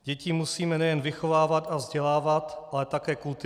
Děti musíme nejen vychovávat a vzdělávat, ale také kultivovat.